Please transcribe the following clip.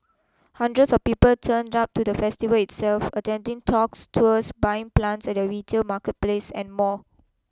hundreds of people turned up to the festival itself attending talks tours buying plants at their retail marketplace and more